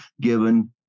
given